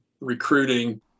recruiting